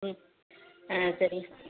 ம் சரி